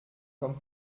comme